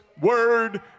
Word